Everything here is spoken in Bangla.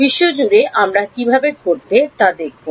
বিশ্বজুড়ে আমরা কীভাবে ঘটব তা দেখব